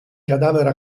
cadavere